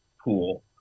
pool